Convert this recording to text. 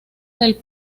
del